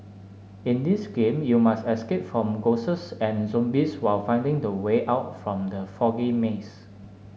in this game you must escape from ghosts and zombies while finding the way out from the foggy maze